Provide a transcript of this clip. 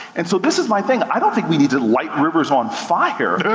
and so this is my thing. i don't think we need to light rivers on fire